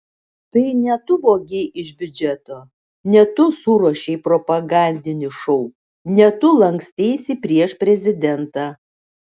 tai ne tu vogei iš biudžeto ne tu suruošei propagandinį šou ne tu lanksteisi prieš prezidentą